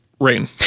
rain